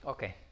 Okay